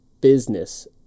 business